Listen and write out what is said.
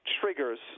triggers